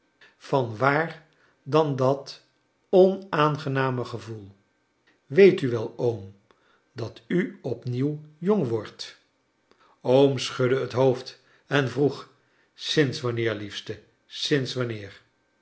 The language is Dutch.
van waar dan dat onaangename gevoel weet u wel oom dat u opnieuw jong wordt oom schudde het hoofd en vroeg sinds wanneer liefste sinds wanneer